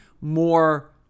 more